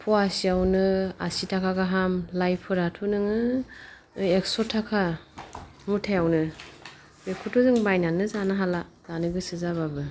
फवासेयावनो आसि थाखा गाहाम लाइफोराथ' नोङो एक्स' थाखा मुथायावनो बेखौथ' जोङो बायनानैनो जानो हाला जानो गोसो जाबाबो